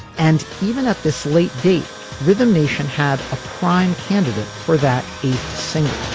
and even at this late date rhythm nation had a prime candidate for that a single